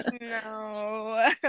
no